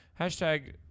Hashtag